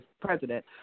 president